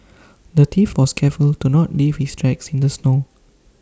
the thief was careful to not leave his tracks in the snow